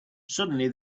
suddenly